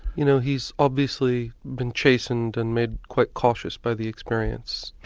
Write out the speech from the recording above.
you know, he's obviously been chastened and made quite cautious by the experience.